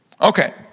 Okay